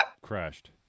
crashed